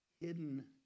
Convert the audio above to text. hidden